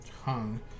hung